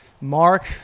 Mark